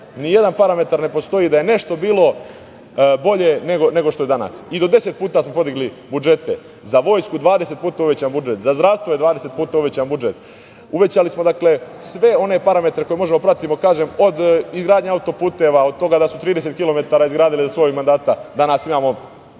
ni jedan parametar da je nešto bilo bolje nego što je danas. Do deset puta smo podigli budžete, za vojsku 20 puta uvećan budžet, za zdravstvo je 20 puta uvećan budžet, uvećali smo sve one parametre koje možemo da pratimo od izgradnje autoputeva, od toga da su 30 kilometara izgradili u svom mandatu, danas imamo